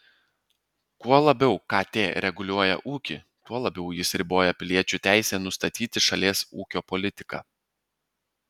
kuo labiau kt reguliuoja ūkį tuo labiau jis riboja piliečių teisę nustatyti šalies ūkio politiką